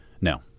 No